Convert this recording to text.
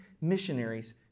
missionaries